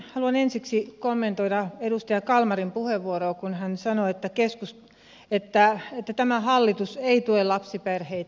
haluan ensiksi kommentoida edustaja kalmarin puheenvuoroa kun hän sanoi että tämä hallitus ei tue lapsiperheitä